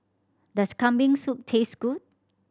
does Kambing Soup taste good